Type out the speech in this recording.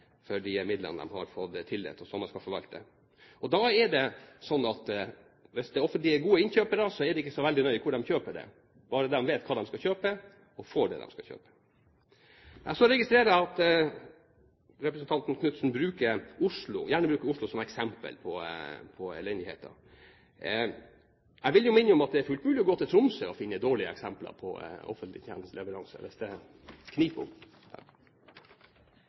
for de midlene de har fått tildelt, og som de skal forvalte. Hvis det offentlige er gode innkjøpere, er det ikke så veldig nøye hvor de kjøper disse tjenestene, bare de vet hva de skal kjøpe, og får det de skal kjøpe. Så registrerer jeg at representanten Tove Karoline Knutsen gjerne bruker Oslo som eksempel på elendigheten. Jeg vil jo minne om at det er fullt mulig å gå til Tromsø og finne dårlige eksempler på offentlige tjenesteleveranser, hvis det